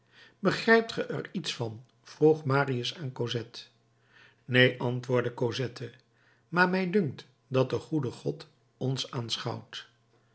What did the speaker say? ge er iets van vroeg marius aan cosette neen antwoordde cosette maar mij dunkt dat de goede god ons aanschouwt